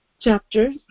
chapter